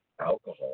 alcohol